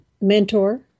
mentor